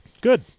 Good